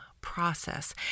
process